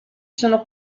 sono